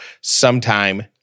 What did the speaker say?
sometime